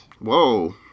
Whoa